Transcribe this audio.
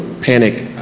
panic